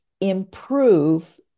improve